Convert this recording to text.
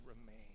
remain